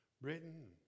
Britain